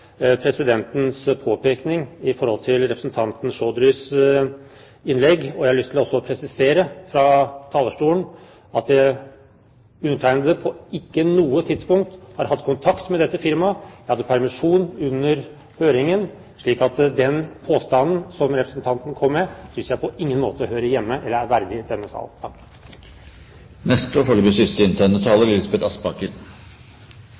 presidentens påpekning i forhold til representanten Chaudhrys innlegg, og jeg har lyst til også å presisere fra talerstolen at jeg ikke på noe tidspunkt har hatt kontakt med dette firmaet. Jeg hadde permisjon under høringen. Så den påstanden som representanten kom med, synes jeg på ingen måte hører hjemme i eller er verdig denne sal.